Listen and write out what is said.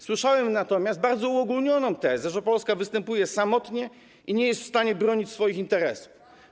Słyszałem natomiast bardzo uogólnioną tezę, że Polska występuje samotnie i nie jest w stanie bronić swoich interesów.